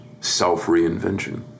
self-reinvention